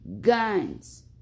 Guns